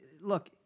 look